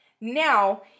Now